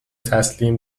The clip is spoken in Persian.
تسلیم